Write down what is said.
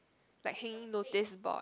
like hanging notice board